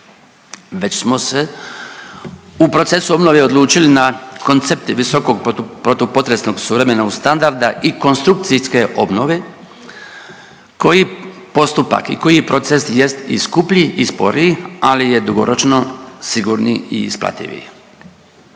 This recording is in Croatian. već smo se u procesu obnove odlučili na koncepte visokog protupotresnog suvremenog standarda i konstrukcijske obnove koji postupak i koji proces jest i skuplji i sporiji ali je dugoročno sigurniji i isplativiji.